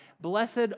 blessed